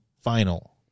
final